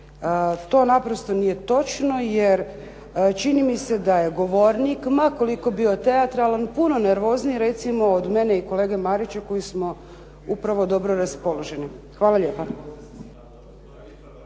To naprosto nije točno jer čini mi se da je govornik, ma koliko bio teatralan, puno nervozniji recimo od mene i kolege Marića koji smo upravo dobro raspoloženi. Hvala lijepa.